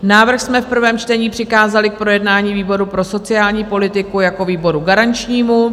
Návrh jsme v prvém čtení přikázali k projednání výboru pro sociální politiku jako výboru garančnímu.